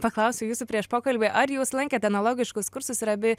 paklausiau jūsų prieš pokalbį ar jūs lankėte analogiškus kursus ir abi